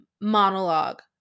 monologue